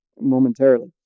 momentarily